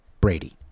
Brady